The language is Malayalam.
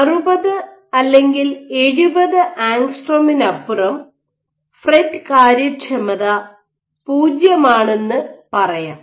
60 അല്ലെങ്കിൽ 70 ആങ്സ്ട്രോമിനപ്പുറം ഫ്രെറ്റ് കാര്യക്ഷമത പൂജ്യമാണെന്ന് പറയാം